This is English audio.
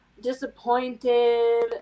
disappointed